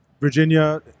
Virginia